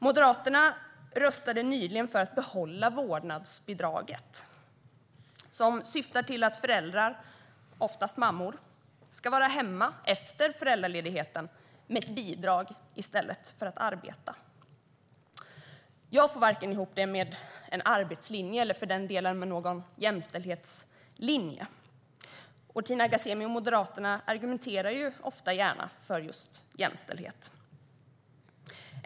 Moderaterna röstade nyligen för att behålla vårdnadsbidraget, som syftar till att föräldrar - oftast mammor - ska vara hemma efter föräldraledigheten med ett bidrag i stället för att arbeta. Jag får inte ihop det med vare sig en arbetslinje eller för den delen någon jämställdhetslinje. Tina Ghasemi och Moderaterna argumenterar ofta och gärna för just jämställdhet.